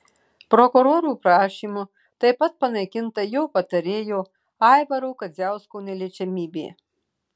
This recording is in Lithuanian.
prokurorų prašymu taip pat panaikinta jo patarėjo aivaro kadziausko neliečiamybė